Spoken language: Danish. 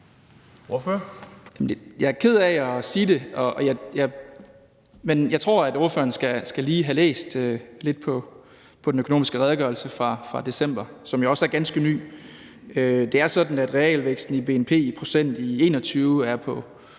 Jeg er ked af at sige det, men jeg tror, at ordføreren lige skal have læst lidt på den økonomiske redegørelse fra december, som jo også er ganske ny. Det er sådan, at realvæksten i bnp i procent i 2021 er på